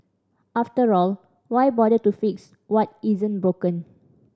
after all why bother to fix what isn't broken